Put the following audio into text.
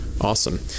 Awesome